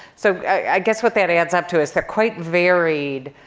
so i guess what that adds up to is they're quite varied.